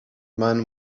man